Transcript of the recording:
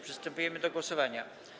Przystępujemy do głosowania.